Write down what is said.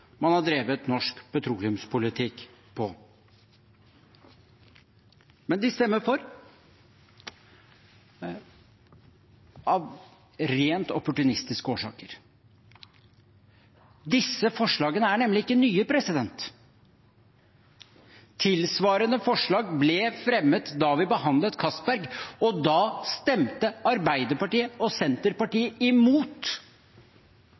man har drevet norsk petroleumspolitikk på. Men de stemmer for – av rent opportunistiske årsaker. Disse forslagene er nemlig ikke nye. Tilsvarende forslag ble fremmet da vi behandlet Castberg, og da stemte Arbeiderpartiet og